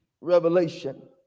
revelation